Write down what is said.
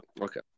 Okay